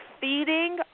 feeding